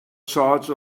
charge